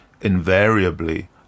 invariably